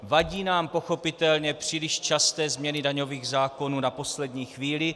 Vadí nám pochopitelně příliš časté změny daňových zákonů na poslední chvíli.